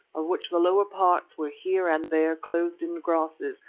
of which the lower parts were here and there clothed in grasses,